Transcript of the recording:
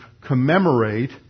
commemorate